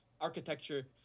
architecture